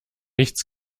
nichts